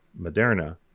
Moderna